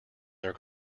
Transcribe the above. their